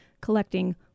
collecting